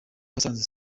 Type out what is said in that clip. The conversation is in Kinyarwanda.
wasanze